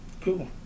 cool